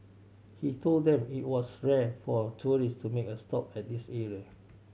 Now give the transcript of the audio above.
he told them it was rare for tourists to make a stop at this area